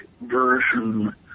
version